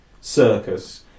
circus